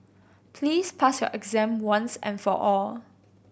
please pass your exam once and for all